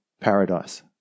paradise